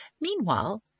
Meanwhile